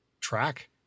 track